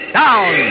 down